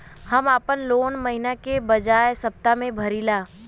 हम आपन लोन महिना के बजाय सप्ताह में भरीला